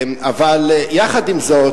אבל יחד עם זאת,